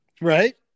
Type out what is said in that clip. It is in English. right